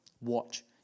watch